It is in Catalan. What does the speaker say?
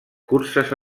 curses